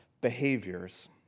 behaviors